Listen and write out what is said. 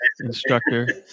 instructor